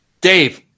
Dave